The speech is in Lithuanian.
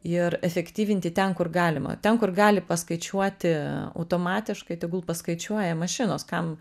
ir efektyvinti ten kur galima ten kur gali paskaičiuoti automatiškai tegul paskaičiuoja mašinos kam